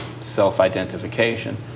self-identification